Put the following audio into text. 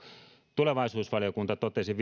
tulevaisuusvaliokunta totesi